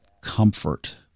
comfort